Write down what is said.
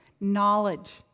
knowledge